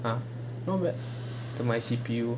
!huh! to my C_P_U